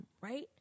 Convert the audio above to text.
right